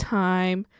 time